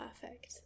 perfect